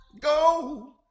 Go